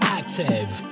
active